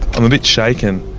i'm a bit shaken,